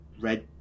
red